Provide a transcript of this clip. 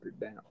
down